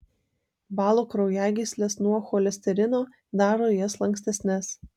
valo kraujagysles nuo cholesterino daro jas lankstesnes